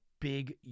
big